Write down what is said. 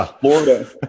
Florida